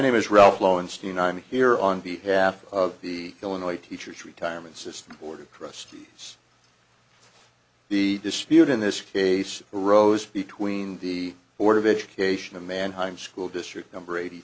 here on behalf of the illinois teachers retirement system board of trustees the dispute in this case arose between the board of education of mannheim school district number eighty